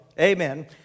amen